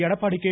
Edappadi K